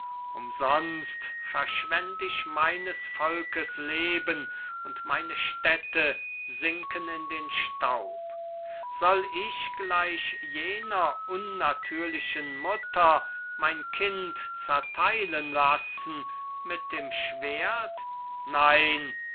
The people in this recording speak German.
umsonst verschwend ich meines volkes leben und meine städte sinken in den staub soll ich gleich jener unnatürlichen mutter mein kind zerteilen lassen mit dem schwert nein